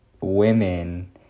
women